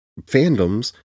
fandoms